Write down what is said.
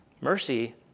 Mercy